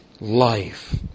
life